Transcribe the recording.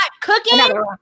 cooking